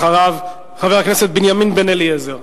אחריו, חבר הכנסת בנימין בן-אליעזר.